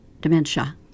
dementia